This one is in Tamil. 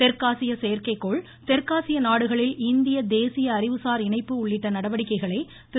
தெற்காசிய செயற்கை கோள் தெற்காசிய நாடுகளில் இந்திய தேசிய அறிவுசார் இணைப்பு உள்ளிட்ட நடவடிக்கைகளை திரு